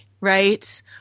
right